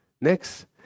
Next